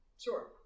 Sure